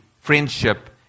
friendship